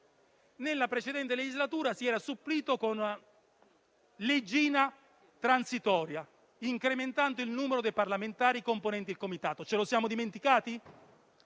Nella precedente legislatura si era supplito con una leggina transitoria, incrementando il numero dei parlamentari componenti il Comitato: ce lo siamo dimenticato?